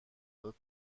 داد